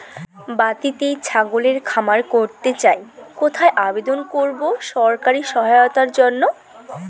বাতিতেই ছাগলের খামার করতে চাই কোথায় আবেদন করব সরকারি সহায়তার জন্য?